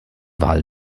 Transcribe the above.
wahl